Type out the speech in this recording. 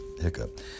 hiccup